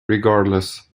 regardless